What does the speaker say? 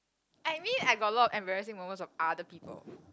I mean I got a lot of embarrassing moments of other people